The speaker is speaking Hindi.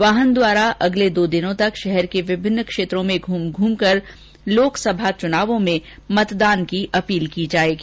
वाहन द्वारा अगले दो दिनों तक शहर के विभिन्न क्षेत्रों में घूम घूम कर लोकसभा चुनावों में मतदान की अपील की जाएगी